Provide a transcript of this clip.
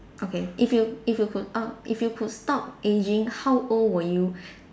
okay if you if you could err if you could stop ageing how old will you